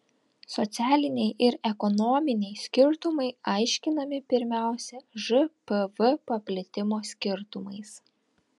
socialiniai ir ekonominiai skirtumai aiškinami pirmiausia žpv paplitimo skirtumais